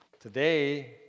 today